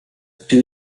two